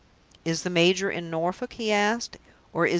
is the major in norfolk? he asked,